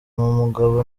umugabo